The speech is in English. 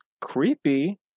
creepy